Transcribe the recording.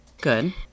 Good